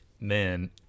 man